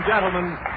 Gentlemen